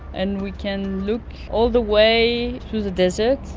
and we can look all the way through the desert,